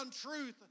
truth